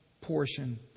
portion